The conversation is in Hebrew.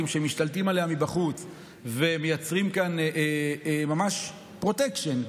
שמשתלטים עליה מבחוץ ומייצרים כאן ממש פרוטקשן,